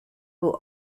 who